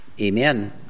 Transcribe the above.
Amen